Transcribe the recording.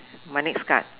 my next card